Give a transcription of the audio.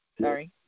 Sorry